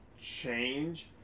change